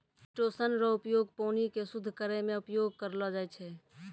chitosan रो उपयोग पानी के शुद्ध करै मे उपयोग करलो जाय छै